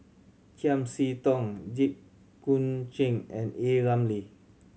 Chiam See Tong Jit Koon Ch'ng and A Ramli